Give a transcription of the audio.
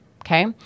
Okay